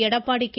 Edappadi K